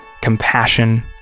compassion